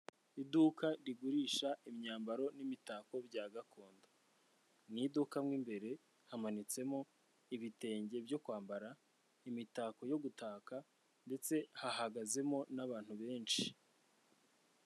Iduka rigurisha imyambaro n'imitako bya gakondo; mu iduka mo imbere hamanitsemo ibitenge byo kwambara, imitako yo gutaka ndetse hahagazemo n'abantu benshi.